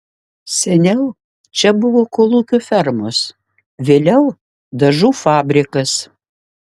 seniau čia buvo kolūkio fermos vėliau dažų fabrikas